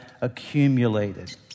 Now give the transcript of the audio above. accumulated